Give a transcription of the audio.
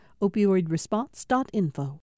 Opioidresponse.info